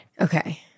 Okay